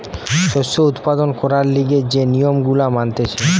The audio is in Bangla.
শস্য উৎপাদন করবার লিগে যে নিয়ম গুলা মানতিছে